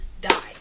die